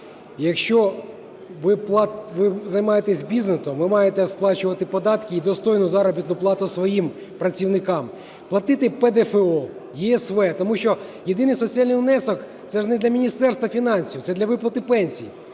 Якщо ви займаєтесь бізнесом, ви маєте сплачувати податки і достойну заробітну плату своїм працівникам, платити ПДФО, ЄСВ. Тому що єдиний соціальний внесок – це ж не для Міністерства фінансів, це для виплати пенсій.